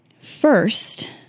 First